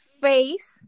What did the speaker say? face